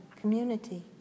community